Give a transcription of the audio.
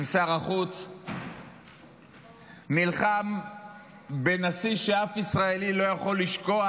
עם שר החוץ, נלחם בנשיא שאף ישראלי לא יכול לשכוח